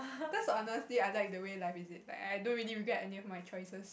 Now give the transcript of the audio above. cause honestly I like the way life is it but I don't really regret any of my choices